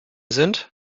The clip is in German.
sind